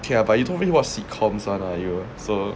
okay lah but you told me to watch sitcoms [one] lah you so